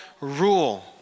rule